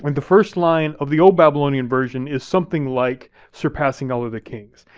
and the first line of the old babylonian version is something like, surpassing all other kings.